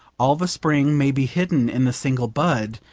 all the spring may be hidden in the single bud,